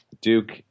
Duke